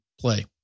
play